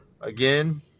again